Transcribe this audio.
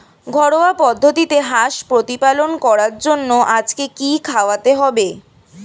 ঘরোয়া পদ্ধতিতে হাঁস প্রতিপালন করার জন্য আজকে কি খাওয়াতে হবে?